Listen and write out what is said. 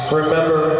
remember